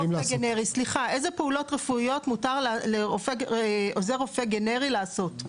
אילו פעולות רפואיות מותר לעוזר רופא גנרי לעשות?